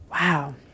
Wow